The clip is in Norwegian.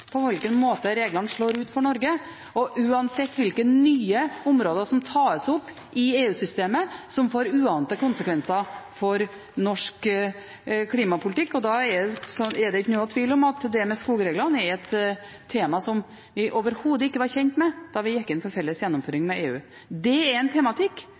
på hvilken måte reglene slår ut for Norge, og uansett hvilke nye områder som tas opp i EU-systemet, og som får uante konsekvenser for norsk klimapolitikk. Da er det ingen tvil om at det med skogreglene er et tema som vi overhodet ikke var kjent med da vi gikk inn for felles gjennomføring med EU. Det er en tematikk